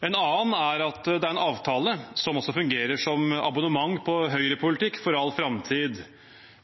En annen er at det er en avtale som også fungerer som abonnement på høyrepolitikk for all framtid.